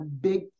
big